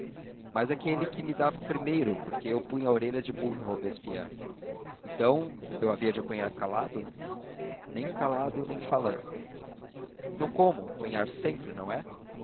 é que me dava primeiro porque eu punha orelhas de burro em robespierre então eu havia de apanhar calado nem calado nem falando então como apanhar sempre não é